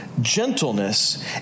gentleness